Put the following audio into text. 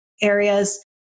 areas